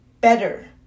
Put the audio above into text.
better